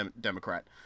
Democrat